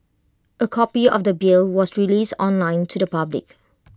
A copy of the bill was released online to the public